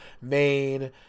Maine